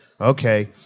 Okay